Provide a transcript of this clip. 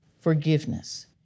Forgiveness